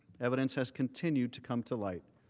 evidence has continued to come to light.